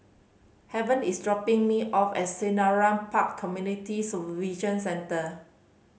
Haven is dropping me off at Selarang Park Community Supervision Centre